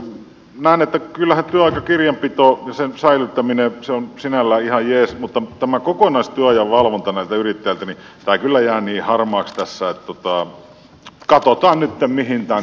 näen että kyllähän työaikakirjanpito ja sen säilyttäminen on sinällään ihan jees mutta kokonaistyöajan valvonta näiltä yrittäjiltä jää kyllä niin harmaaksi tässä että katsotaan nytten mihin tämän kanssa mennään